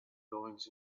goings